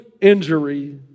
injury